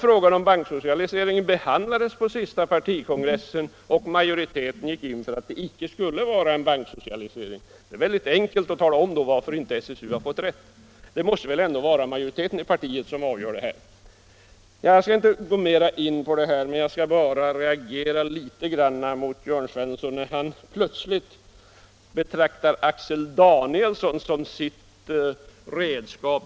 Frågan om banksocialisering behandlades på den senaste partikongressen, och majoriteten ansåg att det inte skulle bli någon banksocialisering. Det är då väldigt enkelt att tala om varför SSU inte har fått rätt. Det måste väl ändå vara majoriteten inom partiet som avgör sådana här sakér. Jag skall inte gå mer in på detta ämne. Jag måste emellertid reagera mot Jörn Svensson, när han plötsligt betraktar Axel Danielsson som sitt redskap.